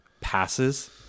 passes